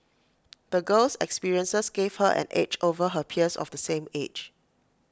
the girl's experiences gave her an edge over her peers of the same age